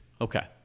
Okay